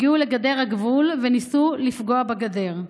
הגיעו לגדר הגבול וניסו לפגוע בגדר.